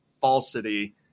falsity